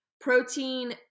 protein